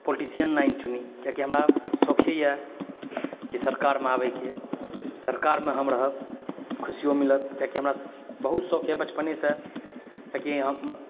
politician line चुनि कियाकि हमरा शौखे यऽ की सरकारमे आबैके सरकारमे हम रहब खुशियो मिलत कियाकि हमरा बहुत शौख यऽ बचपनेसँ कियाकि हम